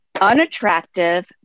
unattractive